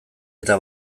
eta